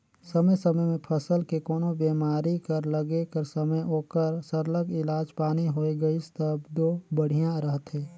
समे समे में फसल के कोनो बेमारी कर लगे कर समे ओकर सरलग इलाज पानी होए गइस तब दो बड़िहा रहथे